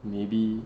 maybe